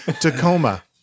Tacoma